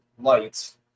lights